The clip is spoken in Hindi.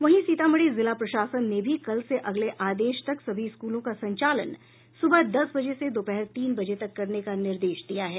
वहीं सीतामढ़ी जिला प्रशासन ने भी कल से अगले आदेश तक सभी स्कूलों का संचालन सुबह दस बजे से दोपहर तीन बजे तक करने का निर्देश दिया है